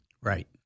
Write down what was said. Right